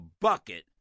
bucket